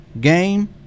Game